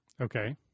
Okay